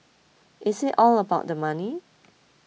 is it all about the money